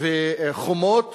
וחומות